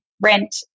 rent